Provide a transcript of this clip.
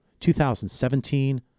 2017